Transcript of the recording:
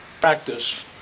practice